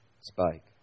spike